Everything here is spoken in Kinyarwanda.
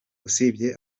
usibye